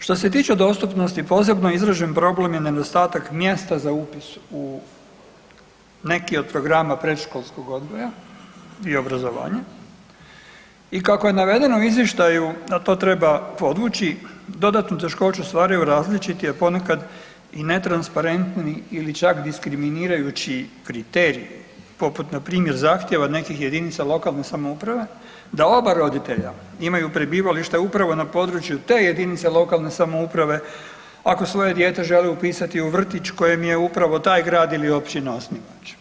Što se tiče dostupnosti posebno izražen problem je nedostatak mjesta za upis u neki od programa predškolskog odgoja i obrazovanja i kako je navedeno u izvještaju, a to treba podvući dodatnu teškoću staraju različiti, a ponekad i netransparentni ili čak diskriminirajući kriteriji poput npr. zahtjeva nekih jedinica lokalne samouprave da oba roditelja imaju prebivalište upravo na području te jedinice lokalne samouprave ako svoje dijete žele upisati u vrtić koje je upravo taj grad ili općina osnivač.